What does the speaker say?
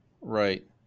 right